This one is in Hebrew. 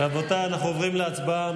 רבותיי, אנחנו עוברים להצבעה.